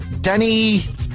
Danny